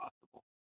possible